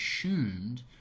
assumed